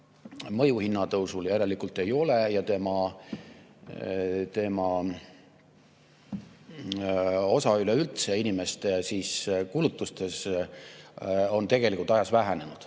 mõju hinnatõusule järelikult ei ole ja tema osa üleüldse inimeste kulutustes on tegelikult ajas vähenenud.